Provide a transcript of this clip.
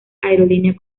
aerolínea